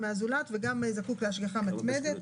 זקוק להשגחה מתמדת.